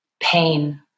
pain